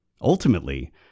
Ultimately